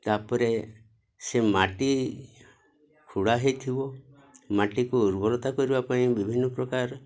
ତା'ପରେ ସେ ମାଟି ଖୁଡ଼ା ହୋଇଥିବ ମାଟିକୁ ଉର୍ବରତା କରିବା ପାଇଁ ବିଭିନ୍ନ ପ୍ରକାର